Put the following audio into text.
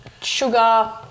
sugar